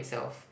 itself